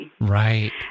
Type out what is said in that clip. Right